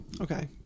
okay